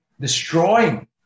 destroying